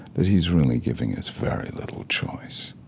that he's really giving us very little choice.